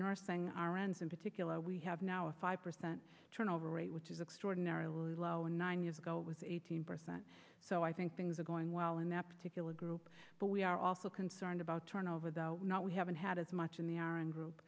nursing r n s in particular we have now a five percent turnover rate which is extraordinarily low and nine years ago was eighteen percent so i think things are going well in that particular group but we are also concerned about turnover though we haven't had as much in the air and group